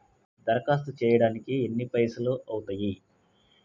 దరఖాస్తు చేయడానికి ఎన్ని పైసలు అవుతయీ?